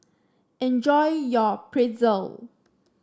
enjoy your Pretzel